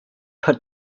put